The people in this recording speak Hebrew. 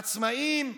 עצמאים,